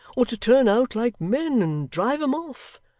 or to turn out like men and drive em off?